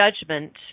judgment